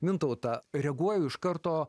mintautą reaguoju iš karto